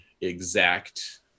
exact